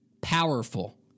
powerful